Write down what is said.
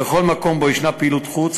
בכל מקום שבו יש פעילות חוץ,